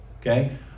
Okay